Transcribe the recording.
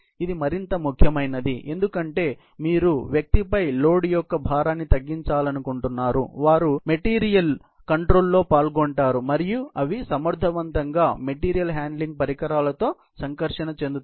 ఇది మరింత ముఖ్యమైనది ఎందుకంటే మీరు వ్యక్తిపై లోడ్ యొక్క భారాన్ని తగ్గించాలనుకుంటున్నారు వారు మెటీరియల్ కంట్రోల్లో పాల్గొంటారు మరియు మరియు అవి సమర్థవంతంగా మెటీరియల్ హ్యాండ్లింగ్ పరికరాలతో సంకర్షణ చెందుతాయి